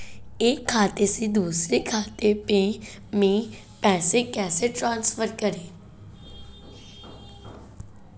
एक खाते से दूसरे खाते में पैसे कैसे ट्रांसफर करें?